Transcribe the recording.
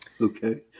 Okay